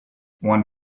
want